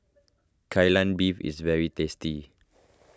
Kai Lan Beef is very tasty